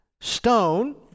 stone